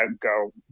go